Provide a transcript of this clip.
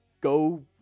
go